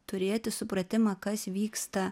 turėti supratimą kas vyksta